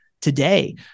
today